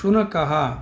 शुनकः